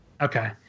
okay